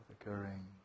occurring